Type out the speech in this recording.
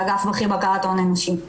באגף בכיר, בקרת הון אנושי.